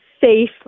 safe